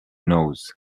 knows